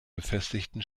befestigen